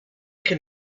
can